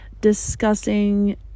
discussing